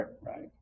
right